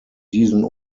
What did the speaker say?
diesen